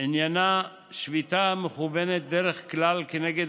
עניינה שביתה המכוונת בדרך כלל כנגד